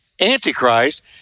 Antichrist